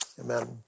amen